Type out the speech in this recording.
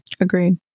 Agreed